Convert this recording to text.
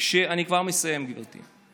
אני כבר מסיים, גברתי.